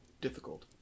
difficult